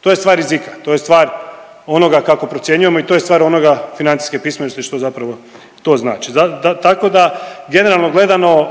To je stvar rizika, to je stvar onoga kako procjenjujemo i to je stvar onoga financijske pismenosti što zapravo to znači. Tako da generalno gledano